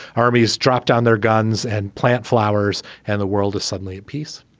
armies dropped on their guns and plant flowers and the world is suddenly at peace.